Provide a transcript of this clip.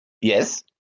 Yes